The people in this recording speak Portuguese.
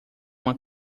uma